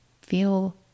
feel